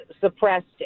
suppressed